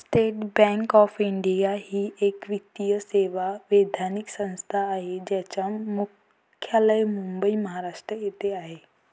state bank of India ही एक वित्तीय सेवा वैधानिक संस्था आहे ज्याचे मुख्यालय मुंबई, महाराष्ट्र येथे आहे